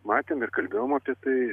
matėm ir kalbėjom apie tai